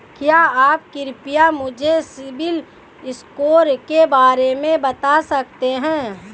क्या आप कृपया मुझे सिबिल स्कोर के बारे में बता सकते हैं?